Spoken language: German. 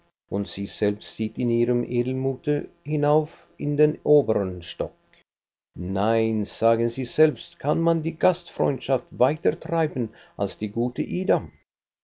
und sie selbst zieht in ihrem edelmute hinauf in den obern stock nein sagen sie selbst kann man die gastfreundschaft weiter treiben als die gute ida